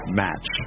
match